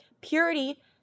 purity